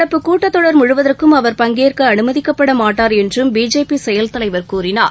நடப்பு கூட்டத்தொடர் முழுவதற்கும் அவர் பங்கேற்கஅனுமதிக்கப்படமாட்டார் என்றும் பிஜேபி செயல் தலைவர் கூறினார்